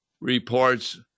reports